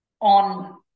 on